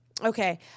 Okay